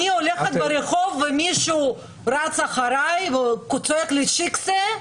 אני הולכת ברחוב ומישהו רץ אחריי וצועק לי "שיקסע",